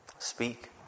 Speak